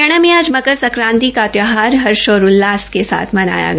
हरियाणा में आज मंकर संक्राति का त्यौहार हर्ष और उल्लास से मनाया गया